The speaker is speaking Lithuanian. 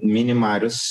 mini marius